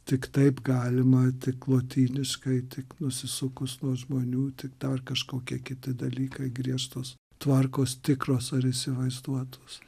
tik taip galima tik lotyniškai tik nusisukus nuo žmonių tik dar kažkokie kiti dalykai griežtos tvarkos tikros ar įsivaizduotos